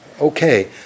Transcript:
Okay